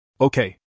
Okay